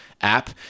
app